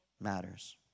matters